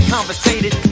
Conversated